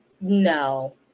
No